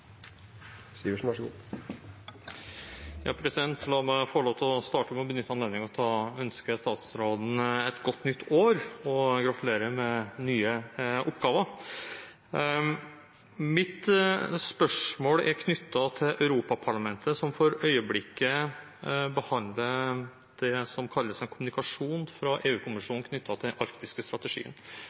La meg starte med å benytte anledningen til å ønske statsråden et godt nytt år og gratulere med nye oppgaver. Mitt spørsmål er knyttet til Europaparlamentet, som for øyeblikket behandler det som kalles en kommunikasjon fra EU-kommisjonen knyttet til arktiske strategier.